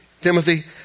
Timothy